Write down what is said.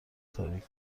تاریک